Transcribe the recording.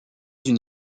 une